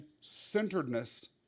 centeredness